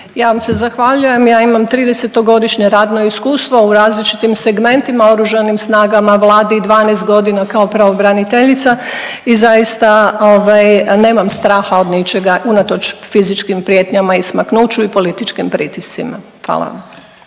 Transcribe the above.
Ja vam se zahvaljujem. Ja imam 30-godišnje radno iskustvo u različitim segmentima, Oružanim snagama, Vladi, 12 godina kao pravobraniteljica i zaista nemam straha od ničega, unatoč fizičkim prijetnjama i smaknuću i političkim pritiscima. Hvala vam.